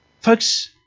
Folks